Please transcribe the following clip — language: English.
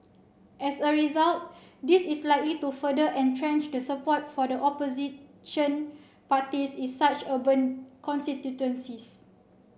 as a result this is likely to further entrench the support for the opposition parties in such urban constituencies